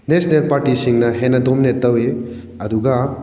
national ꯄꯥꯔꯇꯤꯁꯤꯡꯅ ꯍꯦꯟꯅ dominate ꯇꯧꯏ ꯑꯗꯨꯒ